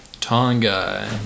Tonga